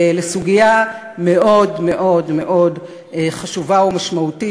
לסוגיה מאוד מאוד מאוד חשובה ומשמעותית,